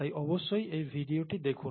তাই অবশ্যই এই ভিডিওটি দেখুন